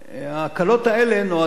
ההקלות האלה נועדו,